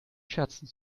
scherzen